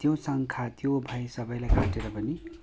त्यो शङ्का त्यो भय सबैलाई घटेर पनि